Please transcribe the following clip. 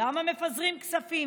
למה מפזרים כספים